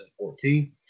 2014